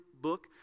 book